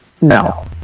No